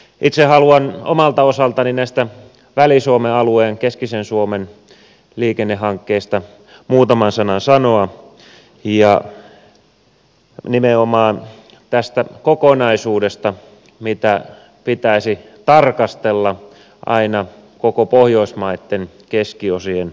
itse haluan omalta osaltani näistä väli suomen alueen keskisen suomen liikennehankkeista muutaman sanan sanoa ja nimenomaan tästä kokonaisuudesta mitä pitäisi tarkastella aina koko pohjoismaitten keskiosien välillä